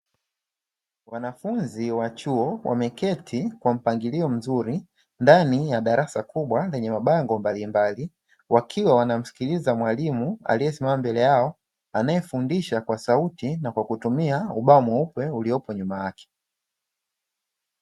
Wanafunzi wa chuo wameketi kwa mpangilio mzuri ndani ya darasa kubwa lenye mabango mbalimbali. Wakiwa wanamsikiliza mwalimu aliyesimama mbele yao anayefundisha kwa sauti na kwa kutumia ubao mweupe uliopo nyuma yake.